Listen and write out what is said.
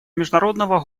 международного